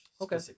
Okay